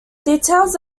details